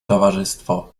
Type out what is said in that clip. towarzystwo